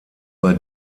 bei